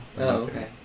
Okay